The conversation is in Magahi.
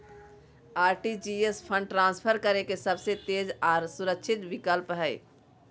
आर.टी.जी.एस फंड ट्रांसफर करे के सबसे तेज आर सुरक्षित विकल्प हय